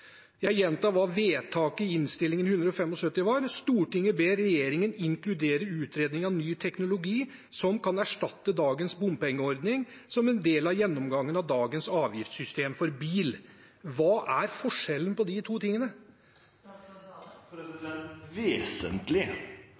Jeg gjentar hva vedtaket i Innst. 175 S var: «Stortinget ber regjeringen inkludere utredning av ny teknologi som kan erstatte dagens bompengeordning, som en del av gjennomgangen av dagens avgiftssystem for bil.» Hva er forskjellen på de to tingene?